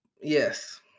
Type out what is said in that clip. yes